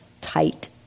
tight